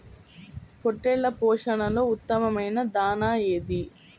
పొట్టెళ్ల పోషణలో ఉత్తమమైన దాణా ఏది?